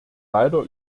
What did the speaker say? leider